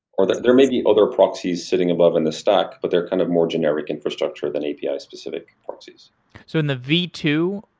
or there may be other proxies sitting above in the stack, but they're kind of more generic infrastructure than api specific proxies so in the v two,